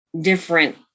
different